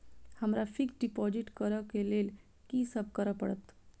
हमरा fix deposit करऽ केँ लेल की सब करऽ पड़त?